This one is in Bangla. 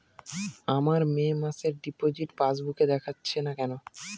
আমার মে মাসের ডিপোজিট পাসবুকে দেখাচ্ছে না কেন?